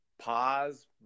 pause